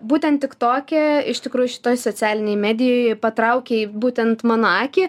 būtent tik toke iš tikrųjų šitoj socialinėj medijoj patraukei būtent mano akį